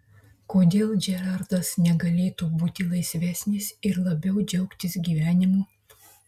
kodėl džerardas negalėtų būti laisvesnis ir labiau džiaugtis gyvenimu